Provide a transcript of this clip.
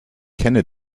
kenne